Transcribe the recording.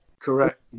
Correct